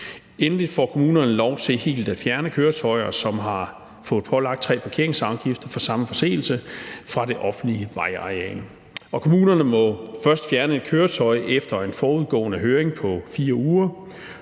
Endelig får kommunerne lov til helt at fjerne køretøjer, som har fået pålagt tre parkeringsafgifter for samme forseelse, fra det offentlige vejareal. Kommunerne må først fjerne et køretøj efter en forudgående høring på 4 uger.